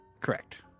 Correct